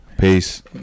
Peace